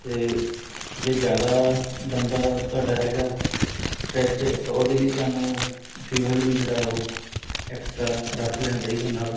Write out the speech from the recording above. ਅਤੇ ਜੇ ਜ਼ਿਆਦਾ ਲੰਬਾ ਤੁਹਾਡਾ ਹੈਗਾ ਸਟਰੈਚ ਤਾਂ ਉਹਦੇ ਲਈ ਤੁਹਾਨੂੰ ਫਿਊਲ ਵੀ ਜਿਹੜਾ ਉਹ ਐਕਸਟਰਾ ਰੱਖ ਲੈਣਾ ਚਾਹੀਦਾ ਨਾਲ